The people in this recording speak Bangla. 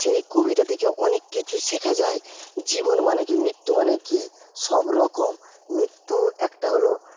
সেই কবিতা থেকে অনেক কিছু শেখা যায় জীবন মানে কি মৃত্যু মানে কি সবরকম মৃত্যু একটা হল